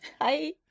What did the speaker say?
Hi